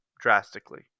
drastically